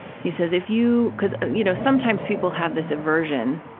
he says, if you, because, you know, sometimes people have this aversion,